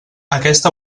aquesta